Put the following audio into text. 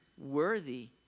worthy